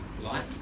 light